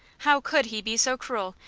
how could he be so cruel,